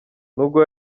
nubwo